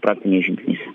praktiniais žingsniais